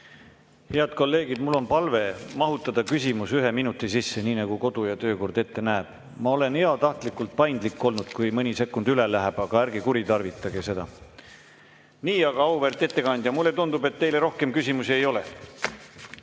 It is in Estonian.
Head kolleegid! Mul on palve mahutada küsimus ühe minuti sisse, nii nagu kodu- ja töökord ette näeb. Ma olen heatahtlikult paindlik olnud, kui mõni sekund üle läheb, aga ärge kuritarvitage seda. Nii, aga auväärt ettekandja, mulle tundub, et teile rohkem küsimusi ei ole.Me